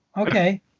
okay